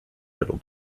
middle